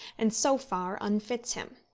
and so far unfits him.